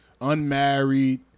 unmarried